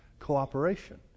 Cooperation